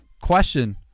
question